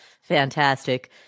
fantastic